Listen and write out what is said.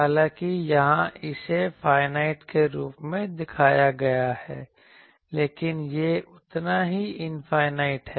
हालांकि यहां इसे फाइनाइट के रूप में दिखाया गया है लेकिन यह उतना ही इनफाइनाइट है